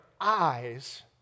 eyes